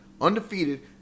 undefeated